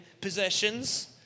possessions